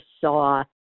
saw